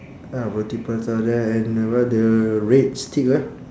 uh roti prata there and the what the red steak ah